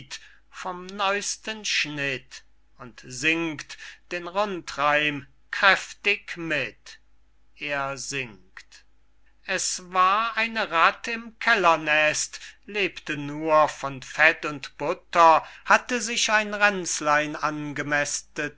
vom neusten schnitt und singt den rundreim kräftig mit er singt es war eine ratt im kellernest lebte nur von fett und butter hatte sich ein ränzlein